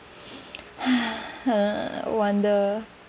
wonder